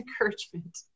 encouragement